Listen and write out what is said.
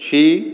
छी